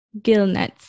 gillnets